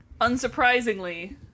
unsurprisingly